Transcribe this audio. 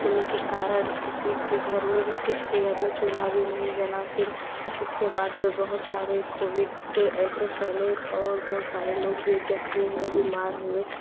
होने के कारण किसी के घर में किसी के घर में चूल्हा भी नहीं जला फिर इसके बाद बहुत सारे कोविड ऐसे फैले और बहुत सारे लोग भी ज़ख़्मी हुए बीमार हुए